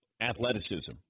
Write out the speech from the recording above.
athleticism